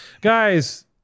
Guys